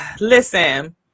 listen